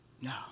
No